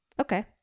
Okay